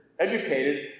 educated